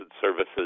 services